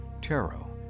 tarot